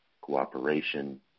cooperation